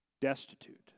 destitute